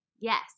Yes